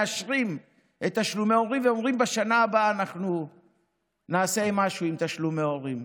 מאשרים את תשלומי ההורים ואומרים: בשנה הבאה נעשה משהו עם תשלומי הורים.